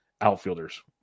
outfielders